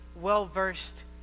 well-versed